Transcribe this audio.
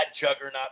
juggernaut